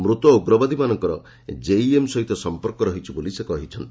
ମୃତ ଉଗ୍ରବାଦୀମାନଙ୍କର ଜେଇଏମ୍ ସହିତ ସମ୍ପର୍କ ରହିଛି ବୋଲି ସେ କହିଛନ୍ତି